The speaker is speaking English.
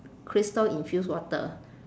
crystal infused water